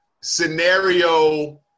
scenario